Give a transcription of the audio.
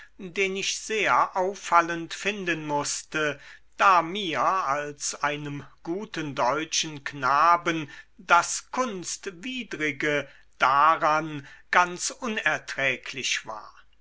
den ich sehr auffallend finden mußte da mir als einem guten deutschen knaben das kunstwidrige daran ganz unerträglich war